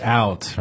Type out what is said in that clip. out